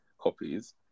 copies